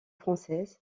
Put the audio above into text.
française